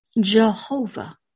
jehovah